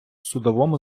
судовому